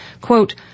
Quote